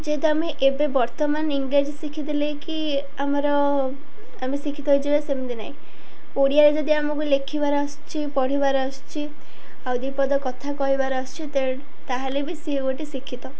ଯେହେତୁ ଆମେ ଏବେ ବର୍ତ୍ତମାନ ଇଂରାଜୀ ଶିଖିଦେଲେ କି ଆମର ଆମେ ଶିକ୍ଷିତ ହୋଇଯିବା ସେମିତି ନାହିଁ ଓଡ଼ିଆରେ ଯଦି ଆମକୁ ଲେଖିବାର ଆସୁଛି ପଢ଼ିବାର ଆସୁଛି ଆଉ ଦି ପଦ କଥା କହିବାର ଆସୁଛି ତେଣୁ ତାହେଲେ ବି ସିଏ ଗୋଟେ ଶିକ୍ଷିତ